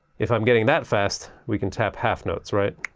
if i'm getting that fast, we can tap half notes right?